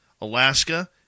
Alaska